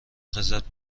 خیزد